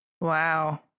Wow